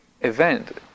event